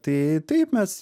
tai taip mes